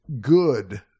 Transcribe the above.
good